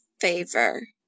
favor